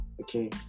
okay